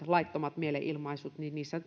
laittomissa mielenilmaisuissa